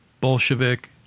Bolshevik